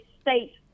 state